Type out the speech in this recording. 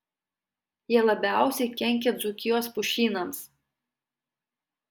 jie labiausiai kenkia dzūkijos pušynams